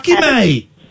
mate